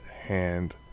hand